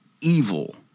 evil